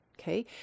Okay